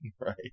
Right